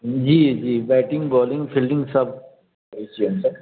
जी जी batting bowling fielding सब करै छियै हमसब